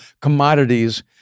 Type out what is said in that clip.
commodities